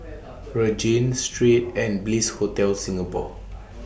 Regent Street and Bliss Hotel Singapore